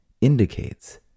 indicates